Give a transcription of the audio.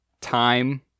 time